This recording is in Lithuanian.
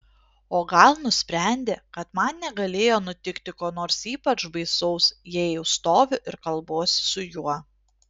o gal nusprendė kad man negalėjo nutikti ko nors ypač baisaus jei jau stoviu ir kalbuosi su juo